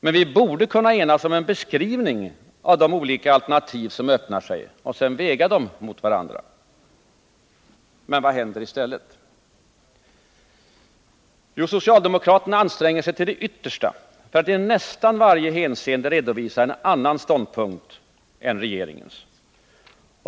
Men vi borde kunna enas om en beskrivning av de olika alternativ som öppnar sig och sedan väga dem mot varandra. Men vad händer i stället? Jo, socialdemokraterna anstränger sig till det yttersta för att i nästan varje hänseende redovisa en annan ståndpunkt än regeringens.